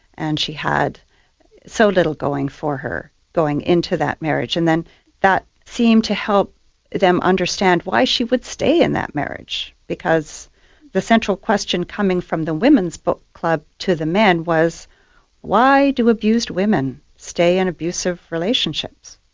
and she had so little going for her, going into that marriage. and then that seemed to help them understand why she would stay in that marriage, because the central question coming from the women's book club to the men was why do abused women stay in abusive relationships?